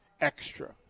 extra